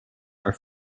are